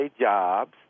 Jobs